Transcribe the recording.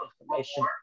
information